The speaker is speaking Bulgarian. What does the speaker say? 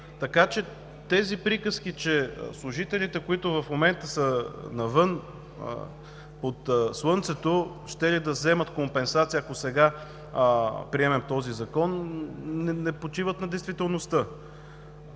така че тези приказки, че служителите, които в момента са навън под слънцето, щели да вземат компенсация, ако сега приемем този закон – не почиват на действителността.